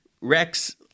Rex